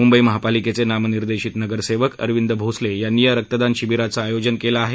मुंबई महापालिकेचे नामनिर्देशित नगरसेवक अरविंद भोसले यांनी या रक्तदान शिबिराचं आयोजन केलं आहे